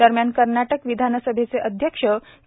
दरम्यान कर्नाटक विधानसभेचे अध्यक्ष के